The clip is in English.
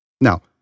now